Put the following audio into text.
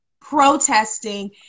protesting